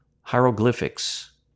hieroglyphics